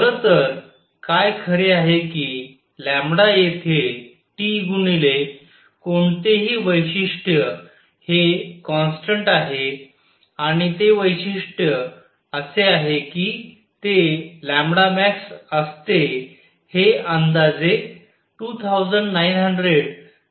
खरं तर काय खरे आहे कि येथे T गुणिले कोणतेही वैशिष्ट्य हे कॉन्स्टंट आहे आणि ते वैशिष्ट्य असे आहे कि ते max असते हे अंदाजे 2900 μmK आहे